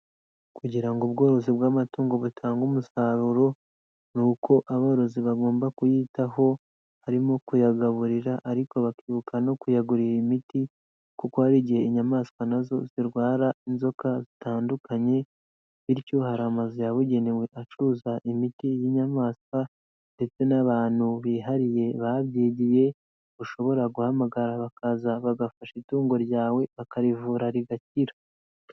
Kugira ngo ubworozi bw'amatungo batange umusaruro ni uko aborozi bagomba kuyitaho, harimo kuyagaburira ariko bakibuka no kuyagurira imiti kuko hari igihe inyamaswa nazo zirwara inzoka zitandukanye, bityo hari amazu yabugenewe acuruza imiti y'inyamaswa ndetse n'abantu bihariye babyigiye ushobora guhamagara bakaza bagafasha itungo ryawe akarivura rigakira.